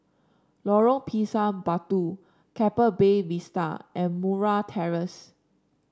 Lorong Pisang Batu Keppel Bay Vista and Murray Terrace